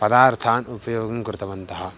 पदार्थान् उपयोगं कृतवन्तः